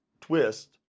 twist